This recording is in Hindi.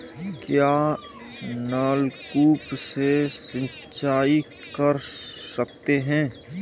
क्या नलकूप से सिंचाई कर सकते हैं?